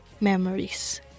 memories